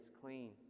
clean